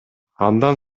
андан